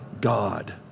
God